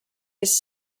his